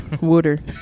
Water